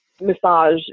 massage